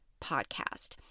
podcast